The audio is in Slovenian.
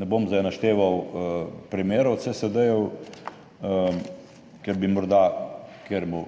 Ne bom zdaj našteval primerov CSD-jev, ker bi morda komu